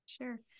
Sure